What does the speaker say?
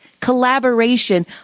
collaboration